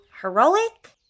Heroic